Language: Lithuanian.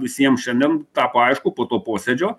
visiem šiandien tapo aišku po to posėdžio